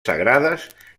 sagrades